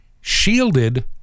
shielded